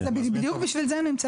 בדיוק בשביל זה הם נמצאים.